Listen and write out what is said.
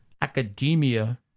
academia